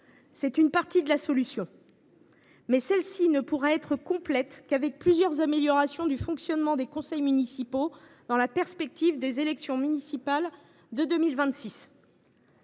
une partie de la solution, laquelle ne pourra être complète que si l’on apporte plusieurs améliorations au fonctionnement des conseils municipaux, dans la perspective des élections municipales de 2026.